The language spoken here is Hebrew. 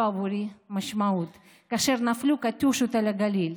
עבורי משמעות כאשר נפלו קטיושות על הגליל,